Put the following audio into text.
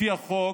לפי החוק,